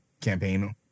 campaign